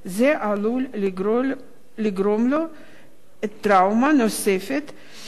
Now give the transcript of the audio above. זה עלול לגרום לו טראומה נוספת,